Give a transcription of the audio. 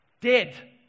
Dead